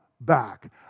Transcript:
back